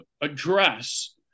address